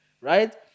right